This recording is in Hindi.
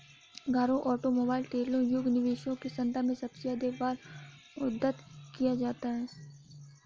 घरों, ऑटोमोबाइल, ट्रेलरों योग्य निवेशों के संदर्भ में सबसे अधिक बार उद्धृत किया जाता है